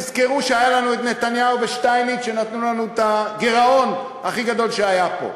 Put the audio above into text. תזכרו שהיו לנו נתניהו ושטייניץ שנתנו לנו את הגירעון הכי גדול שהיה פה,